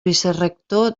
vicerector